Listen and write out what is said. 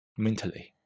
mentally